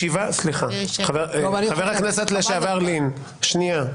חבר הכנסת לשעבר לין, שנייה.